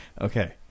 Okay